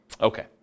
Okay